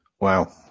Wow